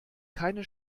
keine